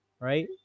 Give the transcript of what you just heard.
Right